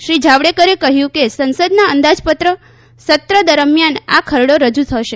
શ્રી જાવડેકરે કહ્યું કે સંસદના અંદાજપત્ર સત્ર દરમિયાન આ ખરડો રજૂ થશે